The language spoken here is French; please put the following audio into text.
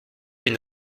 une